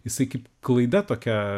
jisai kaip klaida tokia